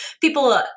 people